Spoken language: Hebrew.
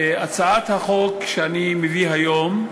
הצעת החוק שאני מביא היום,